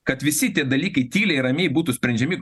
kad visi tie dalykai tyliai ramiai būtų sprendžiami